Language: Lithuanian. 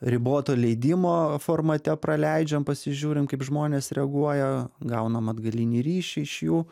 riboto leidimo formate praleidžiam pasižiūrim kaip žmonės reaguoja gaunam atgalinį ryšį iš jų